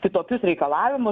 kitokius reikalavimus